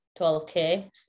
12K